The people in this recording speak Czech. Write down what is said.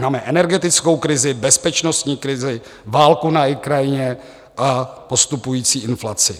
Máme energetickou krizi, bezpečnostní krizi, válku na Ukrajině a postupující inflaci.